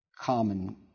common